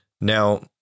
Now